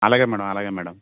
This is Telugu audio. అలాగే మ్యాడమ్ అలాగే మ్యాడమ్